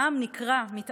העם נקרע, מתאבל,